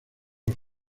los